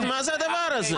מה זה הדבר הזה?